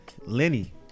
Lenny